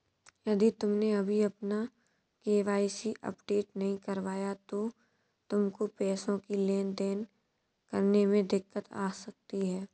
यदि तुमने अभी अपना के.वाई.सी अपडेट नहीं करवाया तो तुमको पैसों की लेन देन करने में दिक्कत आ सकती है